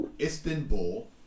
Istanbul